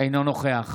אינו נוכח